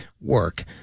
work